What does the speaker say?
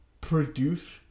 produce